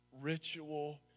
ritual